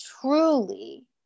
truly